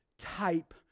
type